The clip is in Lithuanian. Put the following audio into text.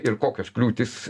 ir kokios kliūtys